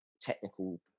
technical